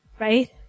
right